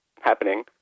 happening